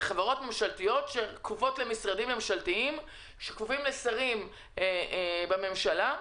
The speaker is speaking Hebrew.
ממשלתיות הכפופות למשרדים ממשלתיים שכפופים לשרים בממשלה,